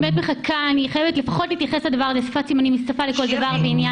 אני באמת מחכה --- שפת הסימנים היא שפה לכל דבר ועניין.